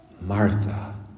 Martha